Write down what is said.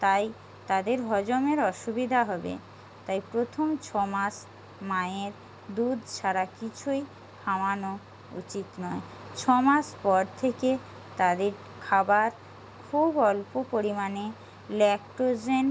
তাই তাদের হজমের অসুবিদা হবে তাই প্রথম ছমাস মায়ের দুধ ছাড়া কিছুই খাওয়ানো উচিত নয় ছমাস পর থেকে তাদের খাবার খুব অল্প পরিমাণে ল্যাক্টোজেন